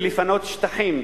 ולפנות שטחים.